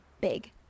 big